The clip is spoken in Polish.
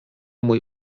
mój